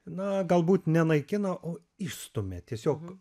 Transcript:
na galbūt nenaikina o išstumia tiesiog